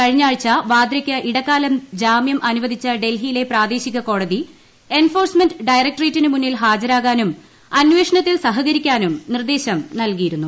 കഴിഞ്ഞ ആഴ്ച വാദ്രയ്ക്ക് ഇടക്കാല ജാമ്യം അനുര്പദിച്ച ഡൽഹിയിലെ പ്രാദേശിക കോടതി എൻഫോഴ്സ്മെന്റ് ഡയറക്ട്രേറ്റിന് മുന്നിൽ ഹാജരാകാനും അന്വേഷണത്തിൽ സഹകരിക്കാനും നിർദ്ദേശം നൽകിയിരുന്നു